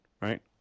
right